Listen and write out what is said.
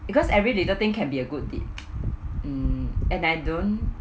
because every little thing can be a good deed hmm and I don't